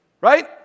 right